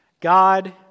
God